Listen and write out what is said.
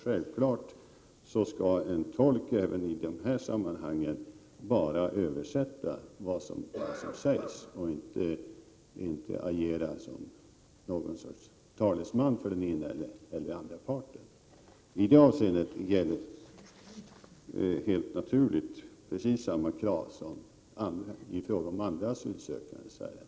Självfallet skall en tolk i dessa sammanhang endast översätta vad som sägs och inte agera som någon sorts talesman för den ena eller andra parten. I detta avseende gäller helt naturligt precis samma krav som i fråga om andra asylsökandes ärenden.